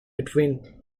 between